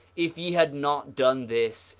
if ye had not done this,